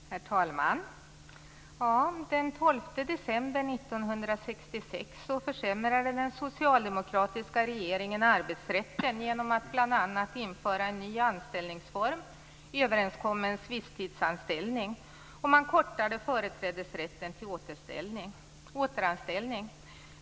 Herr talman! Den 12 december 1996 försämrade den socialdemokratiska regeringen arbetsrätten bl.a. genom att införa en ny anställningsform, överenskommen visstidsanställning. Man kortade företrädesrätten till återanställning.